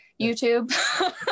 YouTube